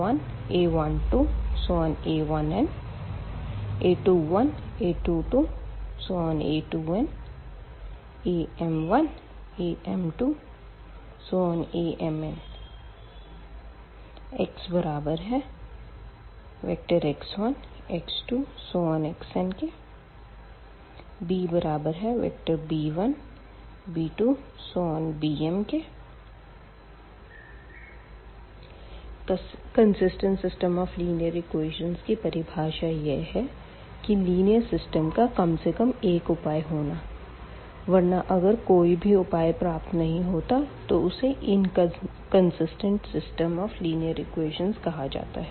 Axb A a11 a12 a1n a21 a22 a2n ⋱ am1 am2 amn xx1 x2 xn b b1 b2 bm consistent system of linear equation की परिभाषा यह है कि linear system का कम से कम एक उपाय होना वरना अगर कोई भी उपाय प्राप्त नहीं होता तो उसे इनकंसिस्टेंट लीनियर सिस्टम कहा जाता है